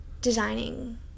designing